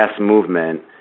movement